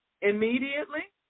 immediately